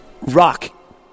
Rock